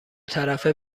طرفه